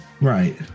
Right